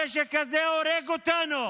הנשק הזה הורג אותנו.